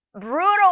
brutal